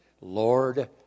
Lord